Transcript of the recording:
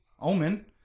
Omen